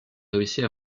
réussit